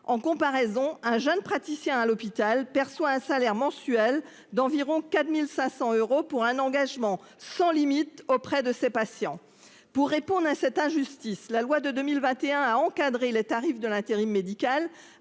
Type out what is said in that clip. en comparaison un jeune praticien à l'hôpital perçoit un salaire mensuel d'environ 4500 euros pour un engagement sans limite auprès de ses patients. Pour répondre à cette injustice. La loi de 2021, à encadrer les tarifs de l'intérim médical